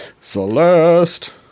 celeste